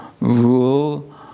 rule